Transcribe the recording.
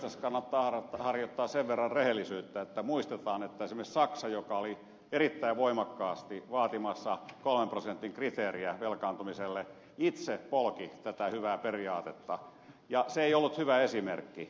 tässä kannattaa harjoittaa sen verran rehellisyyttä että muistetaan että esimerkiksi saksa joka oli erittäin voimakkaasti vaatimassa kolmen prosentin kriteeriä velkaantumiselle itse polki tätä hyvää periaatetta ja se ei ollut hyvä esimerkki